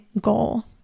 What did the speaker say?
goal